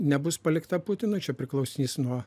nebus palikta putinui čia priklausys nuo